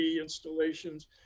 installations